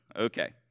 okay